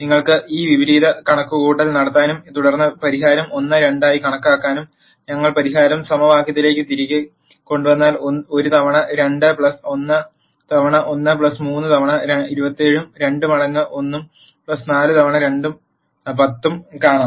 നിങ്ങൾക്ക് ഒരു വിപരീത കണക്കുകൂട്ടൽ നടത്താനും തുടർന്ന് പരിഹാരം 1 2 ആയി കണക്കാക്കാനും ഞങ്ങൾ പരിഹാരം സമവാക്യത്തിലേക്ക് തിരികെ കൊണ്ടുവന്നാൽ 1 തവണ 2 1 തവണ 1 3 തവണ 2 7 ഉം 2 മടങ്ങ് 1 ഉം 4 തവണ 2 10 ഉം കാണാം